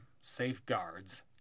safeguards